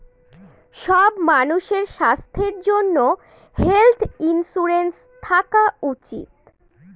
সব মানুষের স্বাস্থ্যর জন্য হেলথ ইন্সুরেন্স থাকা উচিত